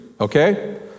okay